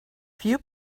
few